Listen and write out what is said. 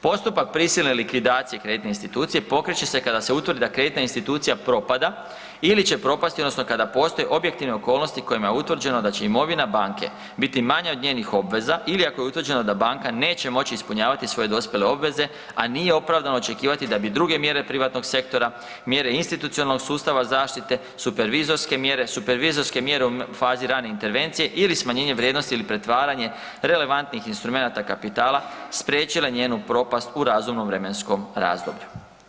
Postupak prisilne likvidacije kreditne institucije pokreće se kada se utvrdi da kreditna institucija propada ili će propasti odnosno kada postoje objektivne okolnosti kojima je utvrđeno da će imovina banke biti manja od njenih obveza ili ako je utvrđeno da banka neće moći ispunjavati svoje dospjele obveze, a nije opravdano očekivati da bi druge mjere privatnog sektora, mjere institucionalnog sustava zaštite, supervizorske mjere, supervizorske mjere u fazi rane intervencije ili smanjenje vrijednosti ili pretvaranje relevantnih instrumenata kapitala spriječile njenu propast u razumnom vremenskom razdoblju.